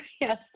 Yes